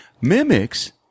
mimics